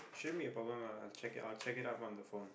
shouldn't be a problem ah I'll check I'll check it up on the phone